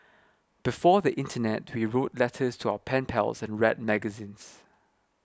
before the internet wrote letters to our pen pals and read magazines